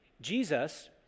Jesus